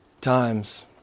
times